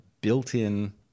built-in